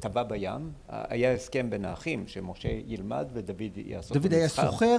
טבע בים היה הסכם בין האחים שמשה ילמד ודוד יעשו דוד היה סוחר